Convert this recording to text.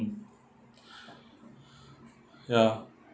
ya